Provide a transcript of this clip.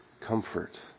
comfort